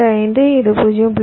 25 இது 0